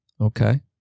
Okay